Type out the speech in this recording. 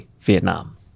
Vietnam